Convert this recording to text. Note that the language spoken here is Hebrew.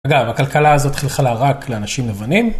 אגב, הכלכלה הזאת חלחלה רק לאנשים לבנים.